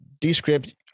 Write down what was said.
Descript